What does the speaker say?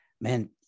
Man